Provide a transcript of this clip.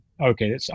Okay